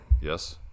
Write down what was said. Yes